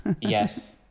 Yes